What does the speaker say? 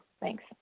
Thanks